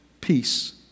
peace